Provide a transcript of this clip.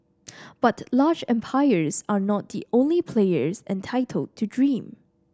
but large empires are not the only players entitled to dream